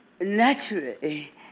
Naturally